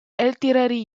artillery